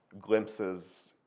glimpses